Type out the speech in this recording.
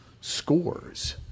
scores